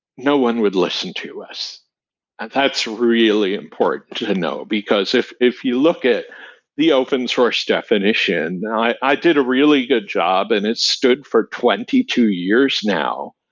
no one would listen to us, and that's really important to know, because if if you look at the open source definition now, i did a really good job and it stood for twenty two years now.